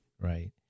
Right